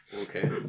Okay